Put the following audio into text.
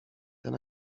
then